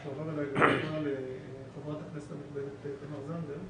-- לח"כ הנכבדת תמר זנדברג,